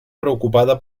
preocupada